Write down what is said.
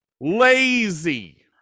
Lazy